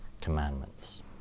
commandments